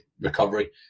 recovery